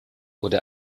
wurde